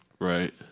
Right